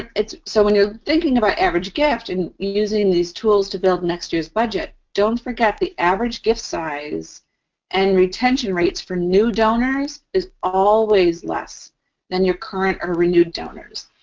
it's so when you're thinking about average gift and using these tools to build next year's budget, don't forget the average gift size and retention rates for new donors is always less than your current or renewed donors.